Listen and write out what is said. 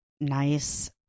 nice